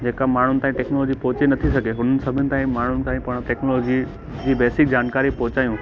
जेका माण्हू ताईं टैक्नोलॉजी पहुची नथी सघे हुननि सभिनीनि ताईं माण्हुनि ताईं पाण टैक्नोलॉजी जी बेसिक जानकारी पहुचायूं